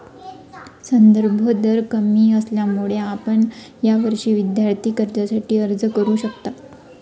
संदर्भ दर कमी असल्याने आपण यावर्षी विद्यार्थी कर्जासाठी अर्ज करू शकता